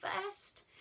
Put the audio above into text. first